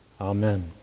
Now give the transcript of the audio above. Amen